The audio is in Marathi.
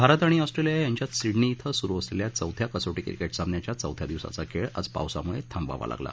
भारत आणि ऑस्ट्रेलिया यांच्यात सिडनी सुरु असलेल्या चौथ्या कसोटी क्रिकेट सामन्याचा चौथ्या दिवसाचा खेळ आज पावसामुळे थांबवावा लागला